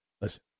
listen